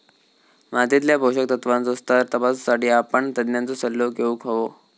मातीतल्या पोषक तत्त्वांचो स्तर तपासुसाठी आपण तज्ञांचो सल्लो घेउक हवो